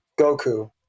goku